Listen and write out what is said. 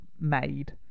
made